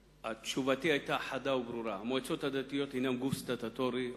תשובתי היתה חדה וברורה: המועצות הדתיות הינן גוף סטטוטורי,